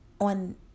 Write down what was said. on